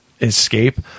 escape